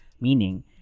meaning